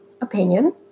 opinion